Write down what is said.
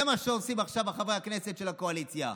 זה מה שעושים עכשיו חברי הכנסת של הקואליציה: